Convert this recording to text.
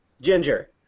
Ginger